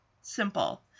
Simple